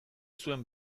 zuen